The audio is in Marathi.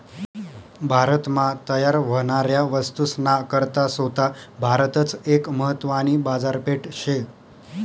भारत मा तयार व्हनाऱ्या वस्तूस ना करता सोता भारतच एक महत्वानी बाजारपेठ शे